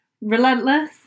relentless